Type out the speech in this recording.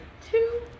Two